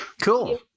Cool